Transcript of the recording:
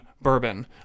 Bourbon